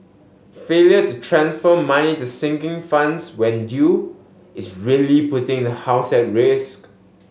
failure to transfer money to sinking funds when due is really putting the house at risk